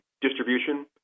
distribution